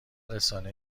رسانه